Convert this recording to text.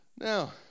Now